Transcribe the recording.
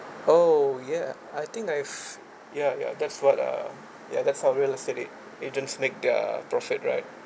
oh ya I think I've ya ya that's what uh ya that's how real estate a~ agents make their profit right